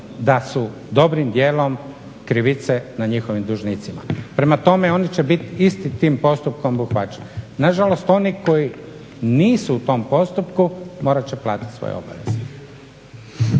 da su dobrim dijelom krivice na njihovim dužnicima. Prema tome, oni će biti istim tim postupkom obuhvaćeni. Nažalost, oni koji nisu u tom postupku morat će platiti svoje obaveze.